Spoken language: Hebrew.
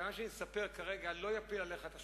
ומה שאספר כרגע לא יפיל עליך את השמים.